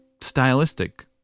stylistic